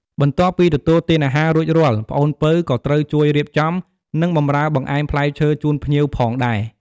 បន្ទាប់ពីទទួលទានអាហាររួចរាល់ ប្អូនពៅក៏ត្រូវជួយរៀបចំ និង បម្រើបង្អែមផ្លែឈើជូនភ្ញៀវផងដែរ។